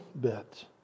bit